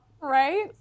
Right